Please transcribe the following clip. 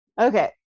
Okay